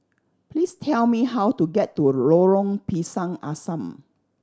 please tell me how to get to Lorong Pisang Asam